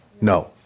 No